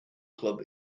club